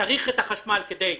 שצריך את החשמל כדי להתקיים,